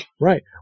Right